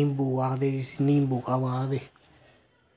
निम्बू आखदे जिसी निम्बू कावा आखदे